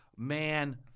Man